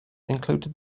included